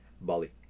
Bali